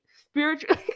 spiritually